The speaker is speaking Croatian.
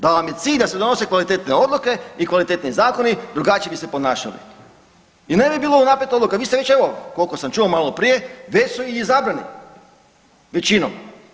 Da vam je cilj da se donose kvalitetne odluke i kvalitetni zakoni, drugačije bi se ponašali i ne bi bilo unaprijed odluka, vi ste već, evo, koliko sam čuo maloprije, već su i izabrani većinom.